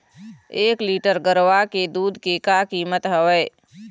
एक लीटर गरवा के दूध के का कीमत हवए?